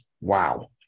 wow